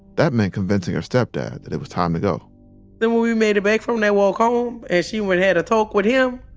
that meant convincing her stepdad that it was time to go then when we made it back from my walk home and she went had a talk with him,